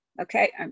okay